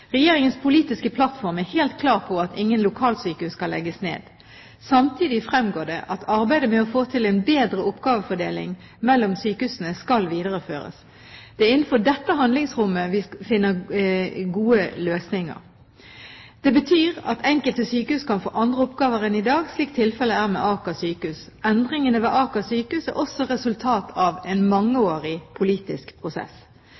Regjeringens politiske plattform er helt klar på at ingen lokalsykehus skal legges ned. Samtidig fremgår det at arbeidet med å få til en bedre oppgavefordeling mellom sykehusene skal videreføres. Det er innenfor dette handlingsrommet vi finner gode løsninger. Det betyr at enkelte sykehus kan få andre oppgaver enn i dag, slik tilfellet er med Aker sykehus. Endringene ved Aker sykehus er også resultat av en mangeårig politisk prosess.